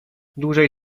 dłużej